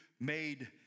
made